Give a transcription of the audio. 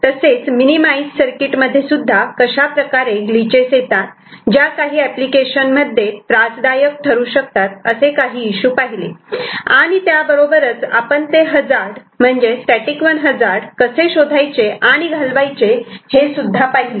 तसेच minimise circuit मध्ये सुद्धा कशाप्रकारे ग्लिचेस येतात ज्या काही अप्लिकेशन मध्ये त्रासदायक ठरू शकतात असे इशू पाहिले आणि त्याबरोबरच आपण ते हजार्ड म्हणजे स्टॅटिक 1 हजार्ड कसे शोधायचे आणि घालवायचे हे सुद्धा पाहिले